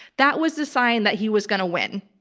that was the sign that he was going to win.